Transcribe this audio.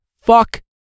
fuck